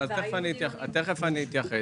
אני תכף אתייחס.